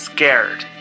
Scared